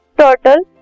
turtle